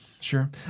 Sure